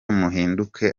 muhinduke